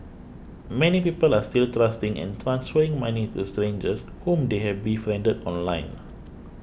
many people are still trusting and transferring money to strangers whom they have befriended online